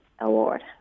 award